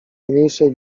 mniejszej